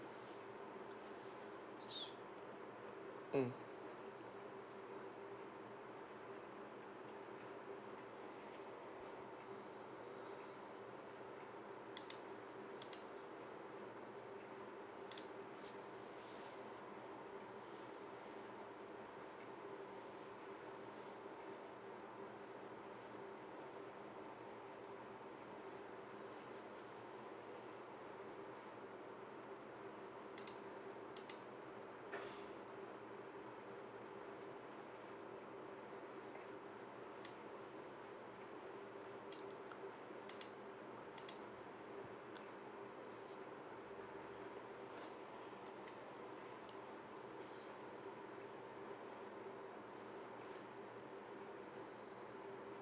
mm